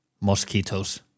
Mosquitoes